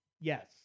Yes